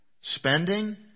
spending